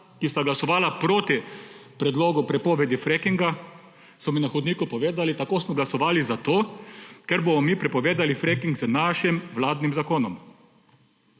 ki sta glasovala proti predlogu prepovedi frakinga, sta mi na hodniku povedala, tako smo glasovali zato, ker bomo mi prepovedali fracking z našim vladnim zakonom.